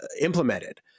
implemented